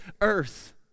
earth